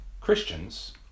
Christians